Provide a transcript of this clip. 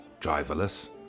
driverless